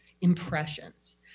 impressions